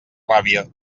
ràbia